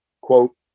quote